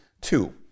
Two